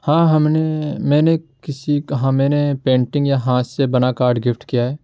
ہاں ہم نے میں نے کسی کا ہاں میں نے پینٹنگ یا ہاتھ سے بنا کارڈ گفٹ کیا ہے